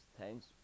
thanks